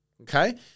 Okay